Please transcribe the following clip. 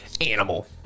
Animal